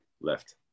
left